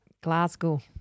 Glasgow